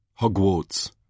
Hogwarts